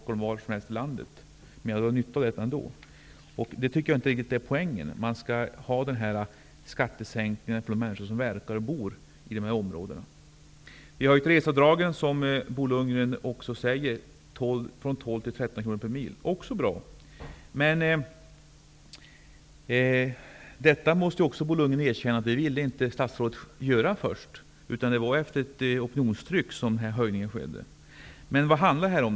Oavsett var jag skulle köra skulle jag dra nytta av detta. Det tycker jag inte riktigt skall vara poängen. Det är de människor som verkar och bor i dessa områden som skall få denna skattesänkning. Som Bo Lundgren sade har reseavdragen höjts från 12 till 13 kr per mil. Det är också bra. Men Bo Lundgren måste erkänna att han från början inte ville göra detta. Det var efter ett opinionstryck som denna höjning skedde. Men vad handlar detta om?